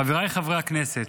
חברי הכנסת,